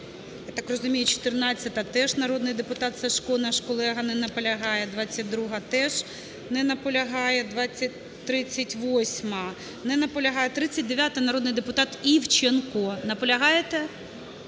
Я так розумію, 14-а, теж народний депутат Сажко, наш колега. Не наполягає. 22-а. Теж не наполягає. 38-а. Не наполягає. 39-а, народний депутат Івченко. Наполягаєте?